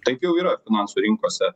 taip jau yra finansų rinkose